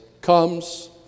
comes